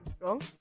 wrong